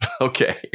Okay